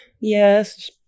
yes